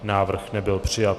Návrh nebyl přijat.